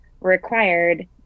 required